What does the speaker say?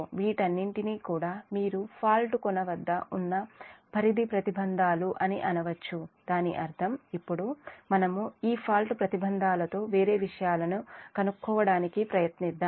వీటన్నిటినీ కూడా మీరు ఫాల్ట్ కొన వద్ద ఉన్న పరిధి ప్రతిబంధాలు అని అనొచ్చుదాని అర్థము ఇప్పుడు మనము ఈ ఫాల్ట్ ప్రతి బంధాలతో వేరే విషయాలని కనుక్కోవడానికి ప్రయత్నిద్దాం